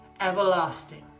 everlasting